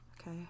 Okay